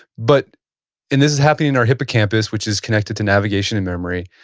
but and this is happening in our hippocampus, which is connected to navigation and memory.